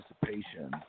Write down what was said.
participation